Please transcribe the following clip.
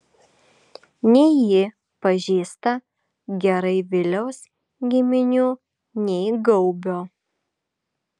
nei ji pažįsta gerai viliaus giminių nei gaubio